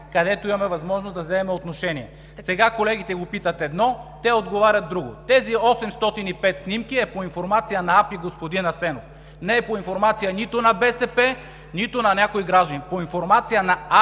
където имаме възможност да вземем отношение. Сега колегите го питат едно, той отговаря друго. Тези 805 снимки е по информация на АПИ, господин Асенов. Не е по информация нито на БСП, нито на някой гражданин. По информация на АПИ!